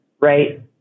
right